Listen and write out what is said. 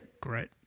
great